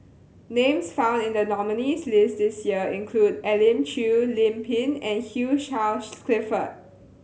names found in the nominees' list this year include Elim Chew Lim Pin and Hugh Charles Clifford